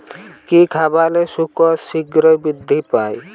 কি খাবালে শুকর শিঘ্রই বৃদ্ধি পায়?